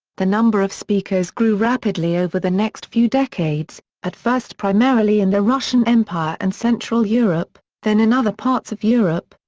the number of speakers grew rapidly over the next few decades, at first primarily in the russian empire and central europe, then in other parts of europe,